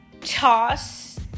toss